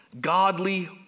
Godly